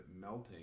melting